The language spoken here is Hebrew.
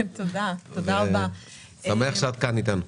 אני שמח שאת כאן אתנו.